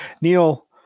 Neil